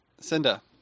Cinda